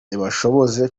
ibashoboze